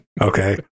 Okay